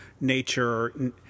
nature